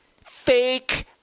fake